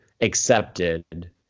accepted